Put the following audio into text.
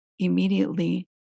Immediately